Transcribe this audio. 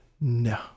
No